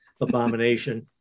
abomination